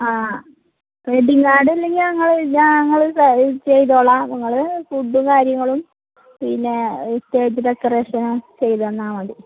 ആ wedding card ഇല്ലെങ്കില് ഞങ്ങള് ചെയ്തുകൊള്ളാം നിങ്ങള് ഫുഡും കാര്യങ്ങളും പിന്നെ സ്റ്റേജ് ഡെക്കറേഷനും ചെയ്തുതന്നാല് മതി